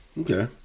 Okay